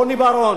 רוני בר-און.